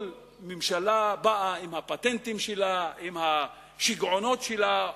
כל ממשלה באה עם הפטנטים שלה ועם השיגעונות שלה,